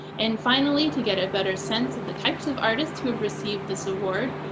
and finally, to get a better sense of the types of artists who've received this award,